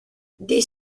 des